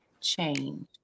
change